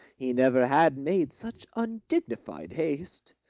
he never had made such undignified haste.